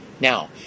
Now